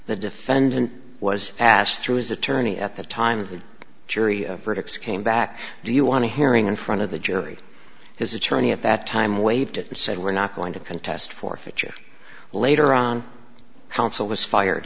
the defendant was asked through his attorney at the time of the jury verdicts came back do you want to hearing in front of the jury his attorney at that time waived it and said we're not going to contest forfeiture later on counsel was fired